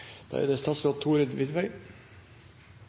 Da er det